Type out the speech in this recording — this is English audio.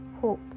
hope